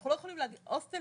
אנחנו לא יכולים להגיד, הוסטל